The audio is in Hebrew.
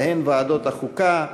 ובהן ועדות החוקה,